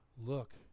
look